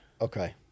Okay